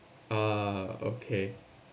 ah okay